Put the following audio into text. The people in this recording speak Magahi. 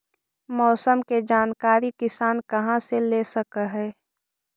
मौसम के जानकारी किसान कहा से ले सकै है?